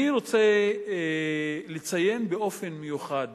אני רוצה לציין באופן מיוחד